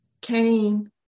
Cain